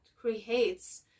creates